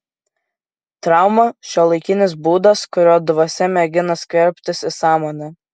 trauma šiuolaikinis būdas kuriuo dvasia mėgina skverbtis į sąmonę